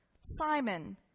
Simon